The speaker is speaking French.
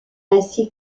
ainsi